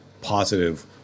positive